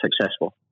successful